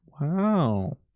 wow